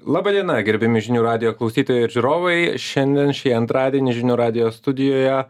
laba diena gerbiami žinių radijo klausytojai ir žiūrovai šiandien šį antradienį žinių radijo studijoje